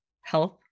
health